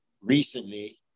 recently